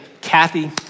Kathy